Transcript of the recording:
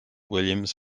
williams